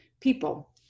people